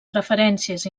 preferències